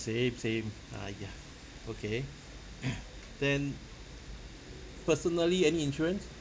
same same !aiya! okay then personally any insurance